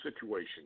situation